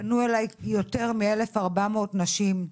ופנו אליי יותר מ-1,400 נשים,